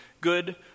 good